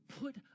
put